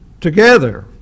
together